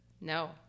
No